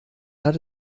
hat